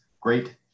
great